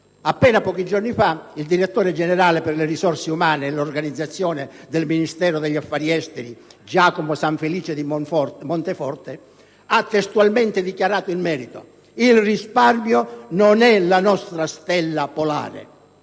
Appena pochi giorni fa, il direttore generale per le risorse umane e l'organizzazione del Ministero degli affari esteri, Giacomo Sanfelice di Monteforte, ha testualmente dichiarato in merito: «Il risparmio non è la nostra stella polare».